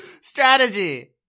Strategy